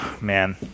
Man